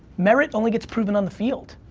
merit only gets proven on the field.